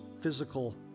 physical